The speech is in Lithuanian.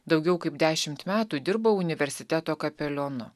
daugiau kaip dešimt metų dirbau universiteto kapelionu